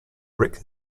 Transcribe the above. rick